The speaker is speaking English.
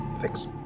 Thanks